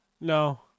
No